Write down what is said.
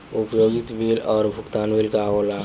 उपयोगिता बिल और भुगतान बिल का होला?